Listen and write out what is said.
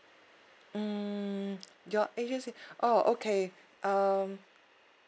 mm your agency oh okay um